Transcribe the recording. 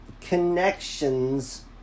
connections